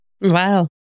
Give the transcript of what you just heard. Wow